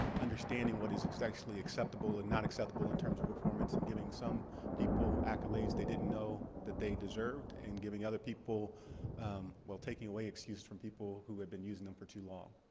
understanding what is is actually acceptable and not acceptable in terms of performance, and giving some people accolades they didn't know that they deserved, and giving other people well, taking away excuse from people who had been using them for too long.